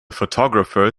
photographer